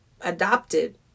adopted